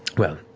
well,